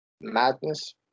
Madness